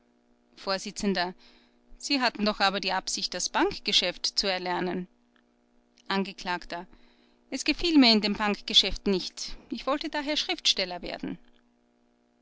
vors sie hatten doch aber die absicht das bankgeschäft zu erlernen angekl es gefiel mir in dem bankgeschäft nicht ich wollte daher schriftsteller werden